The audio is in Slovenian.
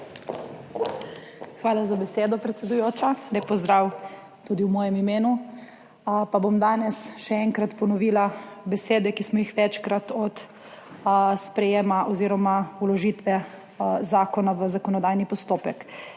Hvala za besedo, predsedujoča. Lep pozdrav tudi v mojem imenu! Pa bom danes še enkrat ponovila besede, ki smo jih večkrat od sprejetja oziroma vložitve zakona v zakonodajni postopek,